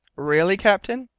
really, captain,